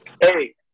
Hey